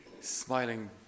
smiling